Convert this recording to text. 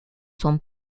sont